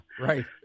right